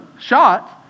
shot